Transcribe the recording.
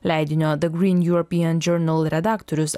leidinio the green european journal redaktorius